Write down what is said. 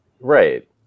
Right